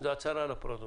זו הצהרה לפרוטוקול.